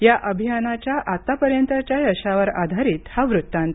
या अभियानाच्या आतापर्यंतच्या यशावर आधारित हा वृत्तांत